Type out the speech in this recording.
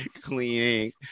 Cleaning